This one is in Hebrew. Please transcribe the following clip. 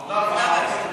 עבודה ורווחה.